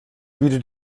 bietet